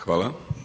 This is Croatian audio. Hvala.